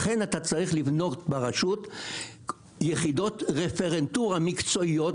לכן אתה צריך לבנות ברשות יחידות רפרנטים מקצועיות,